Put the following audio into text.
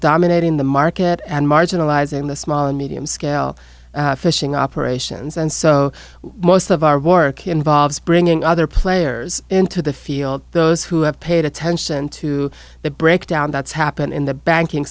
dominating the market and marginalizing the small and medium scale fishing operations and so most of our work involves bringing other players into the field those who have paid attention to the breakdown that's happened in the banking